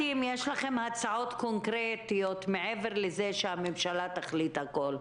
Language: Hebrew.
האם יש לכם הצעות קונקרטיות מעבר לזה שהממשלה תחליט הכול?